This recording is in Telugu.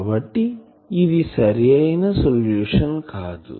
కాబట్టి ఇది సరి అయినా సొల్యూషన్ కాదు